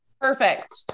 Perfect